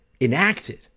enacted